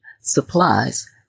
supplies